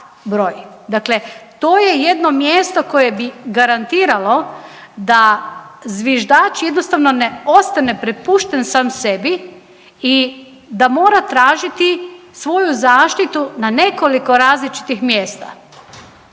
Dakle, to je jedno mjesto koje bi garantiralo da zviždač jednostavno ne ostane prepušten sam sebi i da mora tražiti svoju zaštitu na nekoliko različitih mjesta.